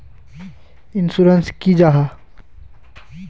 Insurance की जाहा?